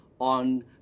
on